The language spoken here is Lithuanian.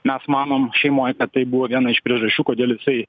mes manom šeimoj kad tai buvo viena iš priežasčių kodėl jisai